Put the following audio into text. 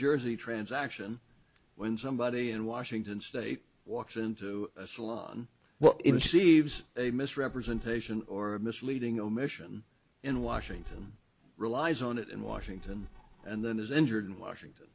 jersey transaction when somebody in washington state walks into a salon well in cvs a misrepresentation or misleading omission in washington relies on it in washington and then is injured in washington